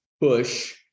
push